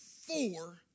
four